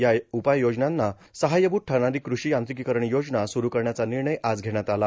या उपाययोजनांना सहाय्यभूत ठरणारी कृषी यांत्रिकीकरण योजना सुरू करण्याचा निर्णय आज घेण्यात आला